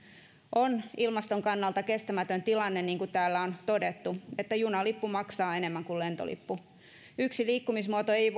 on ilmaston kannalta kestämätön tilanne niin kuin täällä on todettu että junalippu maksaa enemmän kuin lentolippu yksi liikkumismuoto ei